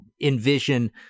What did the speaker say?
envision